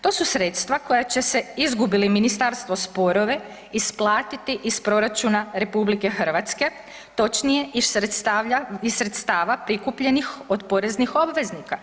To su sredstva koja će se izgubili li ministarstvo sporove isplatiti iz proračuna RH točnije iz sredstava prikupljenih od poreznih obveznika.